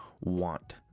want